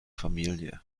familie